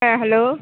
হ্যাঁ হ্যালো